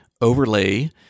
overlay